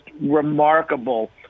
remarkable